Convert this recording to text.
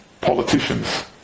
Politicians